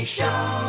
Show